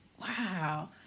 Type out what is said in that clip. wow